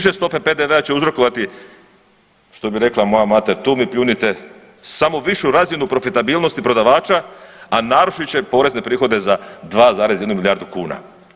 Niže stope PDV-a će uzrokovati što bi rekla moja mater tu mi pljunite samo višu razinu profitabilnosti prodavača a narušit će porezne prihode za 2,1 milijardu kuna.